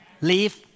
leave